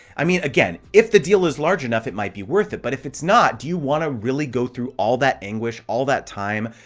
i mean, again, if the deal is large enough, it might be worth it, but if it's not, do you wanna really go through all that anguish, all that time,